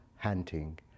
hunting